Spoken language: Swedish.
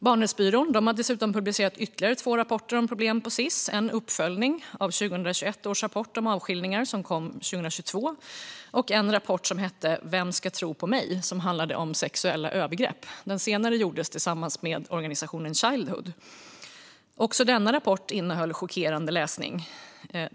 Barnrättsbyrån har dessutom publicerat ytterligare två rapporter om problem på Sis - en uppföljning av 2021 års rapport om avskiljningar som kom 2022 och en rapport som hette Vem ska tro på mig? och som handlade om sexuella övergrepp. Den senare gjordes tillsammans med organisationen Childhood. Också denna rapport innehöll chockerande läsning.